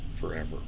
forever